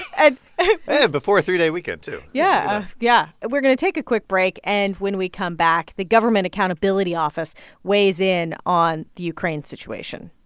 and before a three-day weekend, too yeah, yeah. we're going to take a quick break. and when we come back, the government accountability office weighs in on the ukraine situation